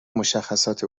مشخصات